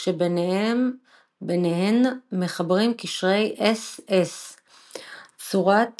כשביניהן מחברים קשרי S-S. צורת